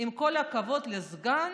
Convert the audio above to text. עם כל הכבוד לסגן,